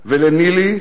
ולנילי,